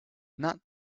not